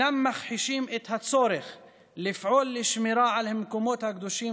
"אינם מכחישים את הצורך לפעול לשמירה על המקומות הקדושים